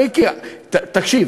מיקי, תקשיב,